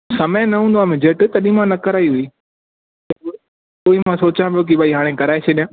समय न हूंदो आहे मुंहिंजे वटि तॾहिं मां न कराई हुई उहो ई मां सोचां पियो कि भाई हाणे कराए छॾियां